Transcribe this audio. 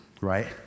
right